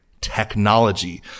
Technology